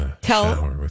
tell